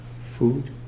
food